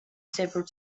several